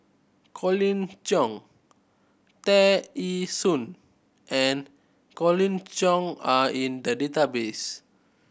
Colin Cheong Tear Ee Soon and Colin Cheong are in the database